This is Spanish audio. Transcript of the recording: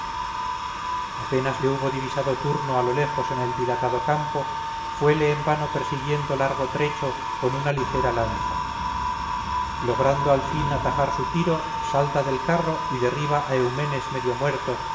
apenas le hubo divisado turno a los lejos en el dilatado campo fuéle en vano persiguiendo largo trecho con una ligera lanza logrando al fin atajar su tiro salta del carro y derriba a eumedes medio muerto